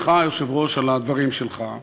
אני רוצה להודות לך, היושב-ראש, על הדברים שלך,